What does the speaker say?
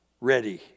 ready